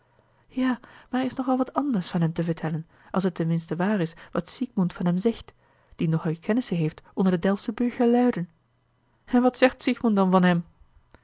ja maar er is nog wel wat anders van hem te vertellen als het ten minste waar is wat siegmund van hem zegt die nogal kennissen heeft onder de delftsche burgerluiden en wat zegt siegmund dan van hem